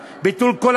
ביטול פטור מארנונה,